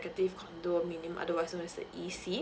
executive condo meaning otherwise known as a E_C